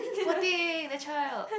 poor thing that child